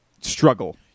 struggle